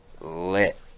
lit